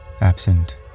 absent